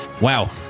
Wow